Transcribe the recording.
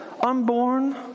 unborn